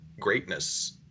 greatness